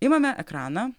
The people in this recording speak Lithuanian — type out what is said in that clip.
imame ekraną